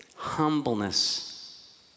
Humbleness